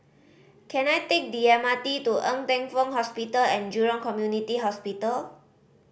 can I take the M R T to Ng Teng Fong Hospital And Jurong Community Hospital